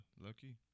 Lucky